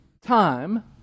time